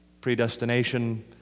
predestination